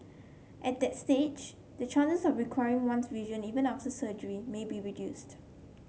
at that stage the chances of recovering one's vision even after surgery may be reduced